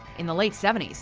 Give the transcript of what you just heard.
in the late seventy s,